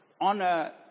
Honor